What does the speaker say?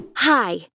Hi